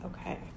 Okay